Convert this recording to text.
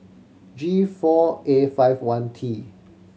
G four A five one T